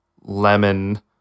lemon